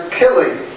killing